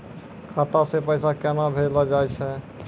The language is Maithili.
खाता से पैसा केना भेजलो जाय छै?